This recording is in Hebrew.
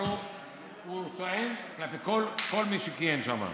אבל הוא טוען כלפי כל מי שכיהן שם.